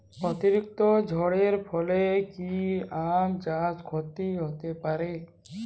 অতিরিক্ত ঝড়ের ফলে কি আম চাষে ক্ষতি হতে পারে?